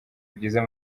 byiza